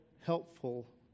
helpful